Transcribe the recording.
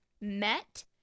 met